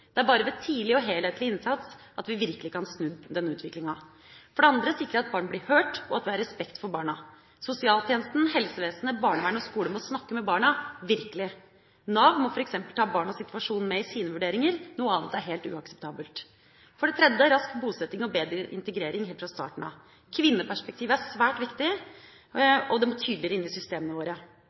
Det er bare ved tidlig og helhetlig innsats at vi virkelig kan få snudd den utviklinga. å sikre at barn blir hørt, og at vi har respekt for barna. Sosialtjenesten, helsevesenet, barnevern og skole må snakke med barna – virkelig! Nav må f.eks. ta barnas situasjon med i sine vurderinger, noe annet er helt uakseptabelt. å få til rask bosetting og bedre integrering helt fra starten av. Kvinneperspektivet er svært viktig, og det må tydeligere inn i systemene våre.